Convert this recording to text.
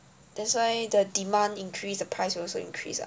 that's why the demand increase the price will also increase ah